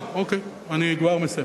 אה, אוקיי, אני כבר מסיים.